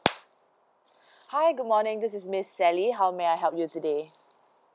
hi good morning this is miss sally how may I help you today